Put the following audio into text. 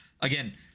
Again